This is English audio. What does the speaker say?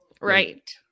Right